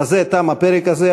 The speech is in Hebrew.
בזה תם הפרק הזה.